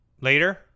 later